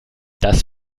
das